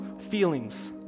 feelings